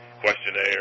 questionnaire